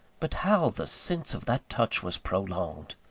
but how the sense of that touch was prolonged!